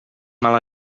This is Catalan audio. mal